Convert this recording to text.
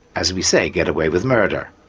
as we say, get away with murder.